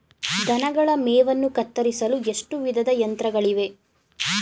ದನಗಳ ಮೇವನ್ನು ಕತ್ತರಿಸಲು ಎಷ್ಟು ವಿಧದ ಯಂತ್ರಗಳಿವೆ?